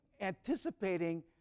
anticipating